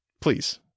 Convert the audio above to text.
Please